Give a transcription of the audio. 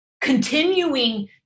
Continuing